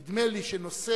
נדמה לי שנושא